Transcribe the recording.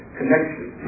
connection